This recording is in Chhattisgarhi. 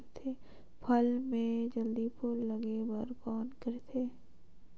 फसल मे जल्दी फूल लगे बर कौन करथे?